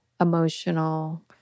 emotional